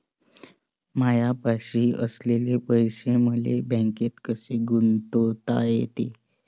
मायापाशी असलेले पैसे मले बँकेत कसे गुंतोता येते?